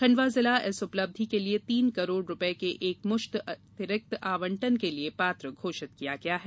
खण्डवा जिला इस उपलब्धि के लिये तीन करोड़ रूपये के एकमुश्त अतिरिक्त आवंटन के लिये पात्र घोषित किया गया है